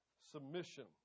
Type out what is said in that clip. submission